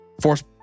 force